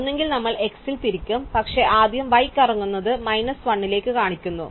ഒന്നുകിൽ നമ്മൾ x ൽ തിരിക്കും പക്ഷേ ആദ്യം y കറങ്ങുന്നത് മൈനസ് 1 ലേക്ക് കാണിക്കുന്നു